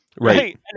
Right